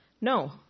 No